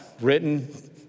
written